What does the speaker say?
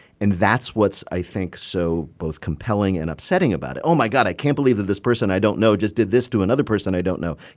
and that's what's i think so both compelling and upsetting about it. oh, my god. i can't believe that this person i don't know just did this to another person i don't know.